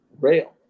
rail